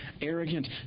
arrogant